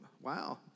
wow